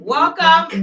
Welcome